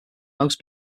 most